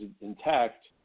intact